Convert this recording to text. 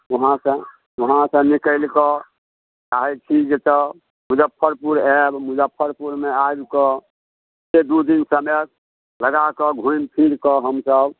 वहाँसँ वहाँसँ निकलिकऽ चाहै छी जतऽ मुजफ्फरपुर आएब मुजफ्फरपुरमे आबिकऽ एक दुइ दिन समय लगाकऽ घुमिफिरिकऽ हमसब